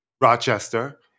rochester